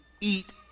eat